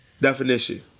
Definition